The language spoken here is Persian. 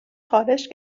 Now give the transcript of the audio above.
خارش